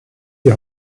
die